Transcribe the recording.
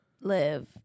live